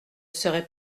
serais